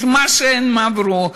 את מה שהם עברו,